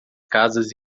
casas